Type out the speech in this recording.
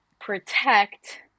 protect